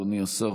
אדוני השר,